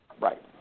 Right